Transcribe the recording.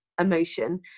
emotion